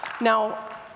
Now